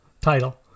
title